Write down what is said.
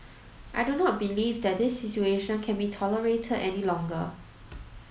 I do not believe that this situation can be tolerated any longer